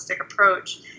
approach